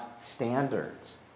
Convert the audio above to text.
standards